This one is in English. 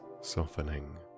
softening